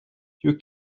you